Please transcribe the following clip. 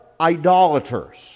idolaters